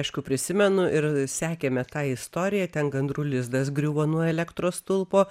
aišku prisimenu ir sekėme tą istoriją ten gandrų lizdas griuvo nuo elektros stulpo